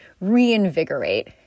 reinvigorate